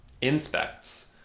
inspects